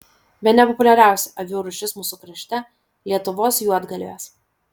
bene populiariausia avių rūšis mūsų krašte lietuvos juodgalvės